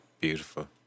beautiful